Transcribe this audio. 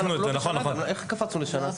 איך קפצנו לשנה?